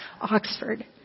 Oxford